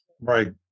Right